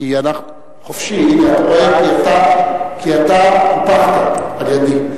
כי אתה קופחת על-ידי.